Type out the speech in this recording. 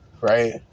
right